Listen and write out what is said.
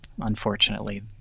unfortunately